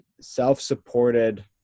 self-supported